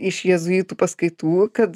iš jėzuitų paskaitų kad